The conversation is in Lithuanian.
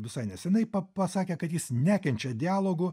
visai nesenai pasakė kad jis nekenčia dialogų